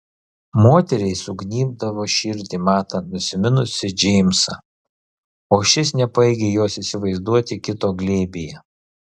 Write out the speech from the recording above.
moteriai sugnybdavo širdį matant nusiminusį džeimsą o šis nepajėgė jos įsivaizduoti kito glėbyje